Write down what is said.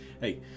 hey